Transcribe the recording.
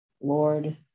Lord